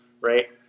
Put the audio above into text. right